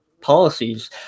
policies